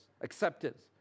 acceptance